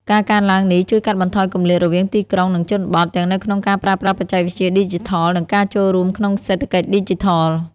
ការកើនឡើងនេះជួយកាត់បន្ថយគម្លាតរវាងទីក្រុង និងជនបទ ទាំងនៅក្នុងការប្រើប្រាស់បច្ចេកវិទ្យាឌីជីថល និងការចូលរួមក្នុងសេដ្ឋកិច្ចឌីជីថល។